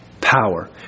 power